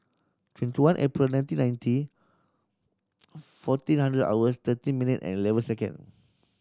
twenty one April nineteen ninety fourteen hundred hours thirteen minute and eleven second